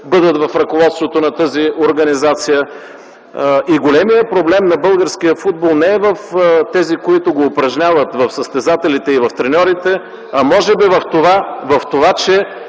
бъдат в ръководството на тази организация. Големият проблем на българския футбол не е в тези, които го упражняват – в състезателите и в треньорите, а може би в това, че